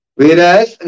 Whereas